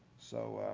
so,